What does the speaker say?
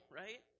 right